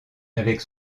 avec